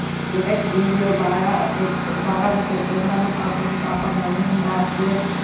जेह्का शरीर ऐ ओ बाह्रा फिट बाह्रा बी फिट रौंह्दा मटापा शटापा नेईं होंदा अस पूरे